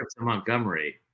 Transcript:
Montgomery